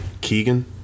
Keegan